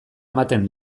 ematen